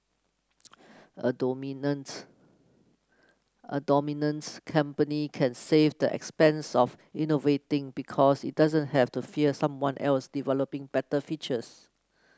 a dominant a dominant company can save the expense of innovating because it doesn't have to fear someone else developing better features